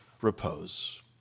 repose